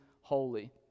holy